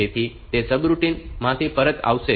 તેથી તે સબરૂટિન માંથી પરત આવશે